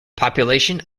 population